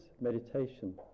meditation